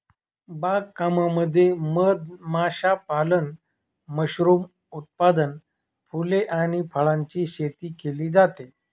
बाग कामामध्ये मध माशापालन, मशरूम उत्पादन, फुले आणि फळांची शेती केली जाते